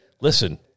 listen